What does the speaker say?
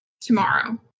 tomorrow